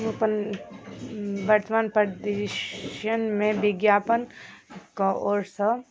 ओ अपन वर्तमान परिदृश्यमे विज्ञापनके ओरसँ